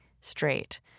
straight